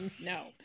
no